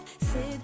sit